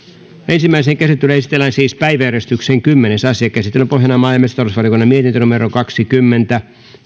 ensimmäiseen käsittelyyn esitellään päiväjärjestyksen kymmenes asia käsittelyn pohjana on maa ja metsätalousvaliokunnan mietintö kaksikymmentä